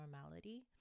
normality